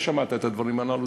אתה שמעת את הדברים הללו.